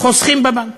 חוסכים בבנק.